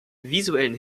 visuellen